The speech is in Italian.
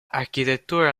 architettura